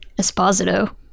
Esposito